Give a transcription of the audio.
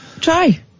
Try